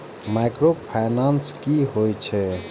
Micro finance कि होई छै?